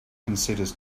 considers